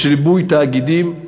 יש ריבוי תאגידים,